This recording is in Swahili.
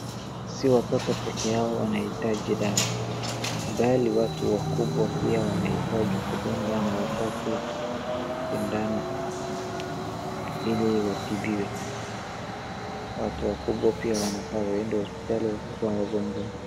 Si watoto peke yao wanahitaji dawa bali watu wakubwa pia wanahitaji kudungwa na wapate sindano ili watibiwe. Watu wakubwa pia wanafaa waende hospitali wakiwa wagonjwa.